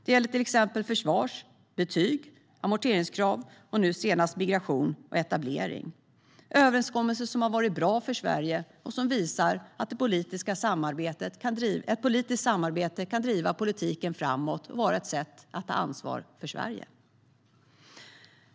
Det gäller till exempel försvar, betyg, amorteringskrav och nu senast migration och etablering - överenskommelser som har varit bra för Sverige och som visar att politiskt samarbete kan driva politiken framåt och vara ett sätt att ta ansvar för Sverige.